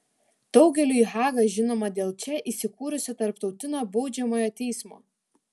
daugeliui haga žinoma dėl čia įsikūrusio tarptautinio baudžiamojo teismo